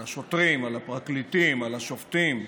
על השוטרים, על הפרקליטים, על השופטים,